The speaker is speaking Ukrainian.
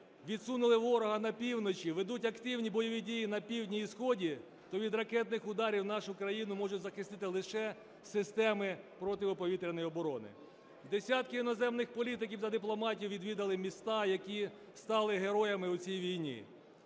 відсунули ворога на півночі, ведуть активні бойові дії на півдні і сході, то від ракетних ударів нашу країну можуть захистити лише системи протиповітряної оборони. Десятки іноземних політиків та дипломатів відвідали міста, які стали героями у цій війні,